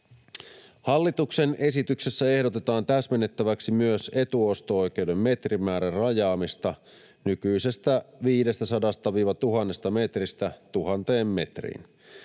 Hallituksen esityksessä ehdotetaan täsmennettäväksi myös etuosto-oikeuden metrimäärän rajaamista nykyisestä 500—1 000 metristä 1 000 metriin.